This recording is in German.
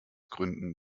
gründen